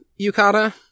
Yukata